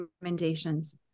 recommendations